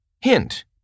Hint